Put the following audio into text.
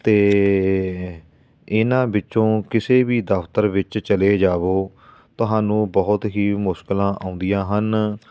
ਅਤੇ ਇਹਨਾਂ ਵਿੱਚੋਂ ਕਿਸੇ ਵੀ ਦਫਤਰ ਵਿੱਚ ਚਲੇ ਜਾਉ ਤੁਹਾਨੂੰ ਬਹੁਤ ਹੀ ਮੁਸ਼ਕਿਲਾਂ ਆਉਂਦੀਆਂ ਹਨ